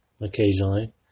occasionally